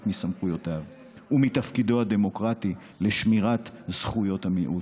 מסמכויותיו ומתפקידו הדמוקרטי של שמירת זכויות המיעוט.